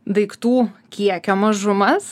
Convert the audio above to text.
daiktų kiekio mažumas